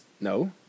No